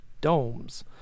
domes